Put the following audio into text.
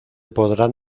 podrán